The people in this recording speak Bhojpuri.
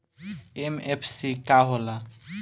एम.एफ.सी का होला?